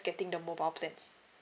getting the mobile plans